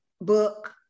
book